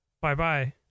Bye-bye